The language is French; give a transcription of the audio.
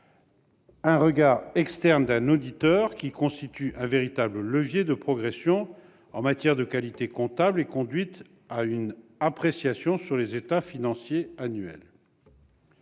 « regard externe » d'un auditeur qui constitue un véritable levier de progression en matière de qualité comptable et conduit à une appréciation sur les états financiers annuels.